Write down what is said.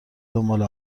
دنبال